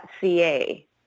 .ca